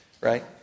right